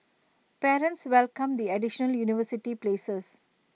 parents welcomed the additional university places